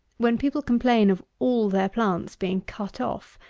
when people complain of all their plants being cut off,